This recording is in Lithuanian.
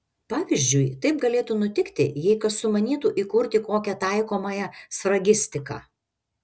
pavyzdžiui taip galėtų nutikti jei kas sumanytų įkurti kokią taikomąją sfragistiką